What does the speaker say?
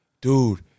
dude